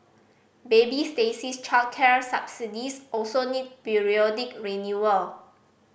baby Stacey's childcare subsidies also need periodic renewal